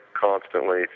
constantly